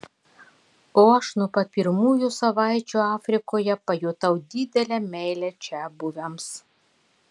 o aš nuo pat pirmųjų savaičių afrikoje pajutau didelę meilę čiabuviams